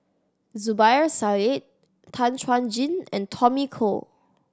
Zubir Said Tan Chuan Jin and Tommy Koh